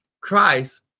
Christ